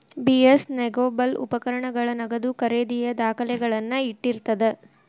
BS negotiable ಉಪಕರಣಗಳ ನಗದು ಖರೇದಿಯ ದಾಖಲೆಗಳನ್ನ ಇಟ್ಟಿರ್ತದ